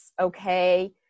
Okay